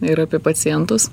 ir apie pacientus